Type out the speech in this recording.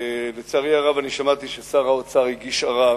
לצערי הרב, שמעתי ששר האוצר הגיש ערר,